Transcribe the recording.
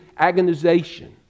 agonization